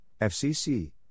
FCC